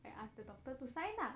I asked the doctor to sign lah